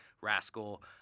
rascal